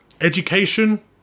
education